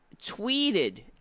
tweeted